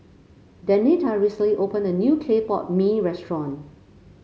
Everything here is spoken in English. Denita recently opened a new Clay Pot Mee restaurant